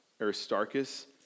Aristarchus